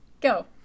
Go